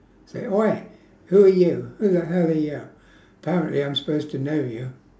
say !oi! who are you who the hell are you apparently I'm supposed to know you